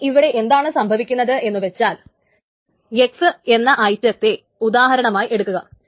ഇനി ഇവിടെ എന്താണ് സംഭവിക്കുന്നത് എന്നുവച്ചാൽ x എന്ന ഐറ്റത്തെ ഉദാഹരണമായി എടുക്കുക